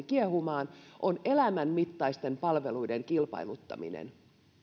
kiehumaan on elämän mittaisten palveluiden kilpailuttaminen